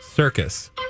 Circus